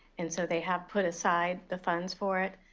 and so they have put aside the funds for it.